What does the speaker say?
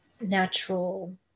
natural